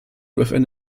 within